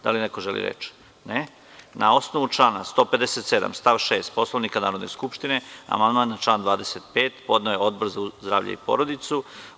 Da li neko želi reč? (Ne.) Na osnovu člana 157. stav 6. Poslovnika Narodne skupštine, amandman na član 25. podneo je Odbor za zdravlje i porodicu.